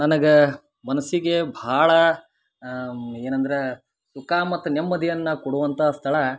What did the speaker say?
ನನಗೆ ಮನಸ್ಸಿಗೆ ಭಾಳ ಏನಂದ್ರಾ ಸುಖ ಮತ್ತು ನೆಮ್ಮದಿಯನ್ನ ಕೊಡುವಂಥಾ ಸ್ಥಳ